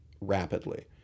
rapidly